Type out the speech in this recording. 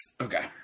okay